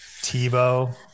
Tebow